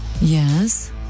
Yes